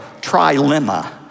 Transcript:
trilemma